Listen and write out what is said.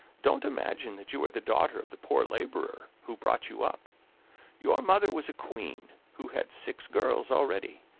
don't imagine that you are the daughter of the poor laborer who brought you up your mother was a queen who had six girls already,